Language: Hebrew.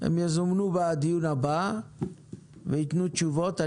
הם יזומנו בדיון הבא וייתנו תשובות.